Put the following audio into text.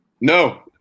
No